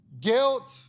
guilt